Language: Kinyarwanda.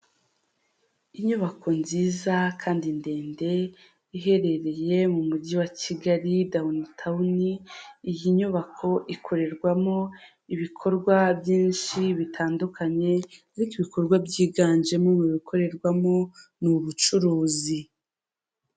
Inyubako nziza kandi ndende iherereye mu mujyi wa Kigali Downtown, iyi nyubako ikorerwamo ibikorwa byinshi bitandukanye ariko ibikorwa byiganjemo mu bikorerwamo ni ubucuruzi.